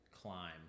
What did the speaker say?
climb